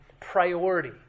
priority